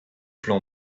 plan